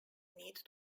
need